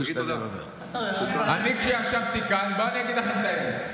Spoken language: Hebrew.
אני אשתדל, תגיד תודה.